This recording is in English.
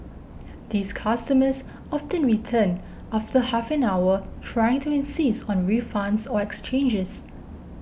these customers often return after half an hour trying to insist on refunds or exchanges